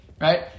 Right